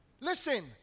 listen